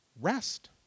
rest